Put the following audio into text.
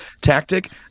tactic